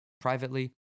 privately